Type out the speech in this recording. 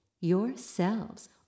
yourselves